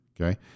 okay